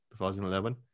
2011